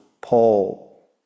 Paul